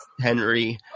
Henry